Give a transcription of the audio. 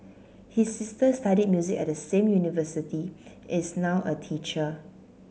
his sister studied music at the same university and is now a teacher